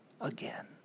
again